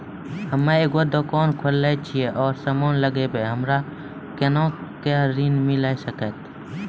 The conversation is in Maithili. हम्मे एगो दुकान खोलने छी और समान लगैबै हमरा कोना के ऋण मिल सकत?